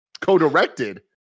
co-directed